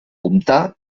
comptar